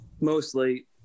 mostly